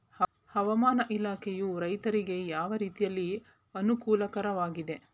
ಹವಾಮಾನ ಇಲಾಖೆಯು ರೈತರಿಗೆ ಯಾವ ರೀತಿಯಲ್ಲಿ ಅನುಕೂಲಕರವಾಗಿದೆ?